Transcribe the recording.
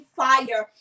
fire